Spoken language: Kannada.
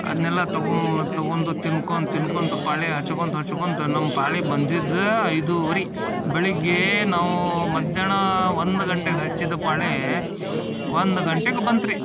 ಅದನ್ನೆಲ್ಲ ತೊಗೊಂ ತೊಗೊಂಡು ತಿನ್ಕೊಂತ ತಿನ್ಕೊತ ಪಾಳಿ ಹಚ್ಕೊತ ಹಚ್ಕೊತ ನಮ್ಮ ಪಾಳಿ ಬಂದಿದ್ದು ಐದೂವರೆ ಬೆಳಗ್ಗೆ ನಾವು ಮಧ್ಯಾಹ್ನ ಒಂದು ಗಂಟೆಗೆ ಹಚ್ಚಿದ ಪಾಳಿ ಒಂದು ಗಂಟೆಗೆ ಬಂತು ರಿ